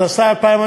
התשע"ה 2014,